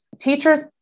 teachers